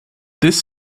this